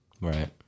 Right